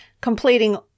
completing